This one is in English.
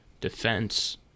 defense